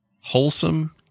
Wholesome